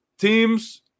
teams